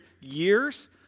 years